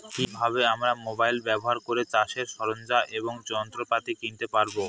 কি ভাবে আমরা মোবাইল ব্যাবহার করে চাষের সরঞ্জাম এবং যন্ত্রপাতি কিনতে পারবো?